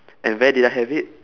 and where did I have it